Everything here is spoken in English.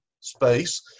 space